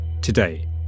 Today